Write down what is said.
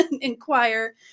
inquire